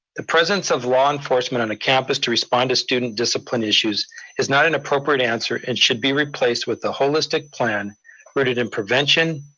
the presence of law enforcement on the campus to respond to student discipline issues is not an appropriate answer and should be replaced with the holistic plan rooted in prevention,